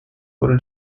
wurde